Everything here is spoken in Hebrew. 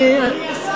אדוני השר,